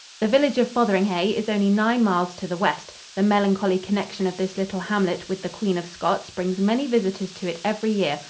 the village of fotheringhay is only nine miles to the west. the melancholy connection of this little hamlet with the queen of scots brings many visitors to it every year,